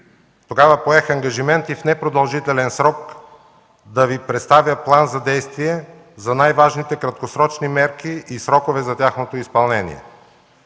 Тогава поех ангажимент в непродължителен срок да Ви представя план за действие за най важните краткосрочни мерки и срокове за тяхното изпълнение.